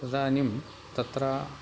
तदानीं तत्र